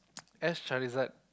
as Charizard